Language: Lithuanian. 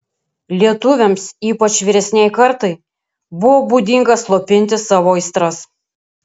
lietuviams ypač vyresnei kartai buvo būdinga slopinti savo aistras